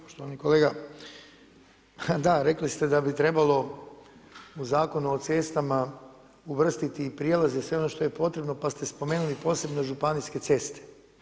Poštovani kolega, da rekli ste da bi trebalo u Zakonu o cestama uvrstiti i prijelaze, sve ono što je potrebno pa ste spomenuli posebno Županijske ceste.